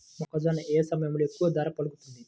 మొక్కజొన్న ఏ సమయంలో ఎక్కువ ధర పలుకుతుంది?